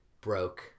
broke